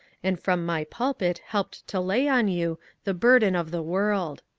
and from my pulpit helped to lay on you the burden of the world.